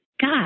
God